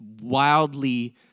wildly